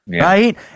Right